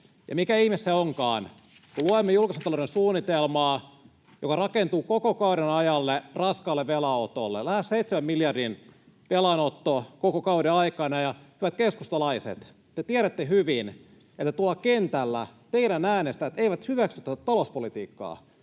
mikä ihme se onkaan, kun luemme julkisen talouden suunnitelmaa, joka rakentuu koko kauden ajalle raskaalle velanotolle: lähes seitsemän miljardin velanotto koko kauden aikana. Ja hyvät keskustalaiset, te tiedätte hyvin, että tuolla kentällä teidän äänestäjänne eivät hyväksy tätä talouspolitiikkaa,